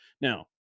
Now